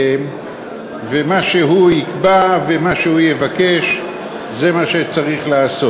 ומה שהוא יקבע ומה שהוא יבקש זה מה שצריך לעשות.